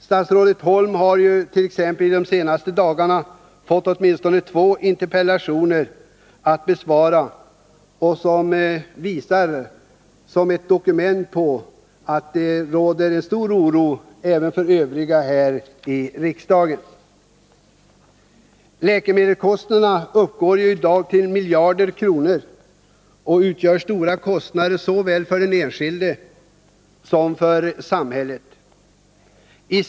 Statsrådet Holm har de senaste dagarna fått åtminstone två interpellationer att besvara i det ämnet, vilket visar att det råder stor oro här i riksdagen. Läkemedelskostnaderna uppgår i dag till miljarder kronor, och de är mycket betungande för såväl den enskilde som samhället.